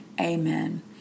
amen